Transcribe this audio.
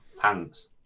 pants